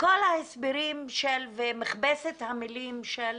כל ההסברים ומכבסת המילים של,